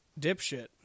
Dipshit